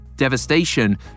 Devastation